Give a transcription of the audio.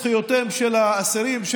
זכויותיהם של האסירים,